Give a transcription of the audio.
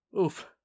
oof